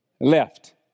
left